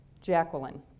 Jacqueline